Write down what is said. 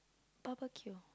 barbecue